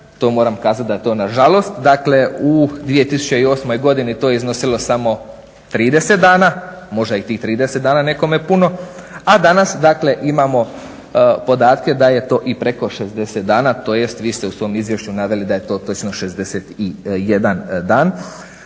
to moram kazati da to na žalost, dakle, u 2008. godini to je iznosilo samo 30 dana, možda je i tih 30 dana nekome puno, a danas imamo podatke da je to i preko 60 dana, tj. vi ste u svom izvješću naveli da je to točno 61 dan.